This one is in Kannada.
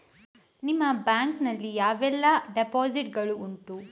ನಿಮ್ಮ ಬ್ಯಾಂಕ್ ನಲ್ಲಿ ಯಾವೆಲ್ಲ ಡೆಪೋಸಿಟ್ ಗಳು ಉಂಟು?